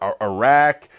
Iraq